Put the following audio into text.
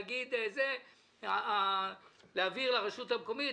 להגיד שיש להעביר לרשות המקומית,